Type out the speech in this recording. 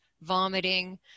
vomiting